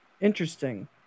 Interesting